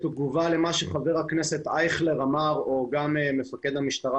בתגובה למה שחבר הכנסת אייכלר אמר וגם מפקד המשטרה,